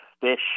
fish